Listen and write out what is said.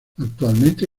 actualmente